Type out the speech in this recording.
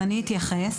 אני אתייחס.